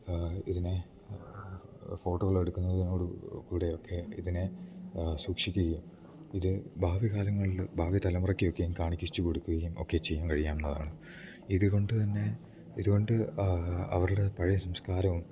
ഇതിനെ ഫോട്ടോകൾ എടുക്കുന്നതിനോടു കൂടെയൊക്കെ ഇതിനെ സൂക്ഷിക്കുകയും ഇത് ഭാവികാലങ്ങളിൽ ഭാവി തലമുറയ്ക്ക് ഒക്കെയും കാണിച്ചു കൊടുക്കുകയും ഒക്കെ ചെയ്യാൻ കഴിയുന്നതാണ് ഇതുകൊണ്ട് തന്നെ ഇതുകൊണ്ട് അവരുടെ പഴയ സംസ്കാരവും